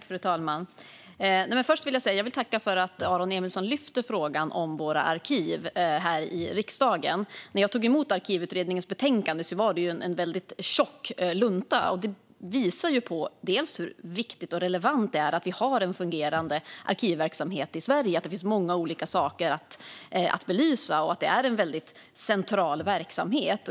Fru talman! Jag vill först tacka för att Aron Emilsson här i riksdagen lyfter upp frågan om våra arkiv. När jag tog emot Arkivutredningens betänkande var det en väldigt tjock lunta jag fick, och det visar på hur viktigt och relevant det är att vi har en fungerande arkivverksamhet i Sverige, att det finns många olika saker att belysa och att detta är en väldigt central verksamhet.